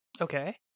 Okay